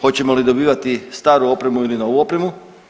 Hoćemo li dobivati staru opremu ili novu opremu?